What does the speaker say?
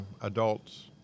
adults